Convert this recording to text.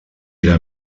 era